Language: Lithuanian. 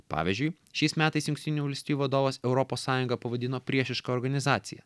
pavyzdžiui šiais metais jungtinių valstijų vadovas europos sąjungą pavadino priešiška organizacija